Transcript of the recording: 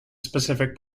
specific